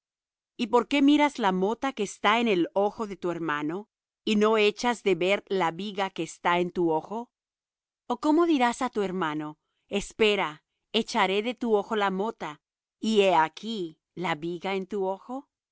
y por qué miras la mota que está en el ojo de tu hermano y no echas de ver la viga que está en tu ojo o cómo dirás á tu hermano espera echaré de tu ojo la mota y he aquí la viga en tu ojo